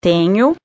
Tenho